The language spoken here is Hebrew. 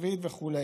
רביעית וכו',